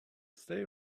stay